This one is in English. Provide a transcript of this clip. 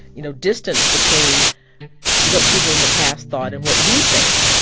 you know, distance between what people in the past thought and what we think